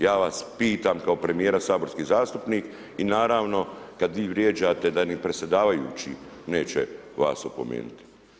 Ja vas pitam kao premjera saborski zastupnik i naravno kad vi vrijeđate da ni predsjedavajući neće vas opomenuti.